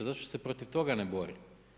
Zašto se protiv toga ne bori?